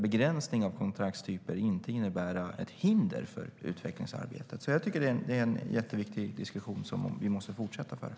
Begränsning av kontraktstyper får inte innebära ett hinder för utvecklingsarbetet. Jag tycker alltså att det är en jätteviktig diskussion som vi måste fortsätta att föra.